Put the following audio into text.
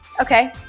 Okay